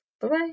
Bye-bye